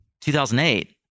2008